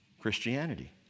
Christianity